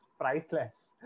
priceless